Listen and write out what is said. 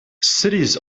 cities